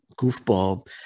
goofball